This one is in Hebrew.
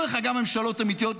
היו לך גם ממשלות אמיתיות.